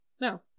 No